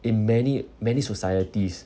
in many many societies